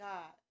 God